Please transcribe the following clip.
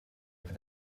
over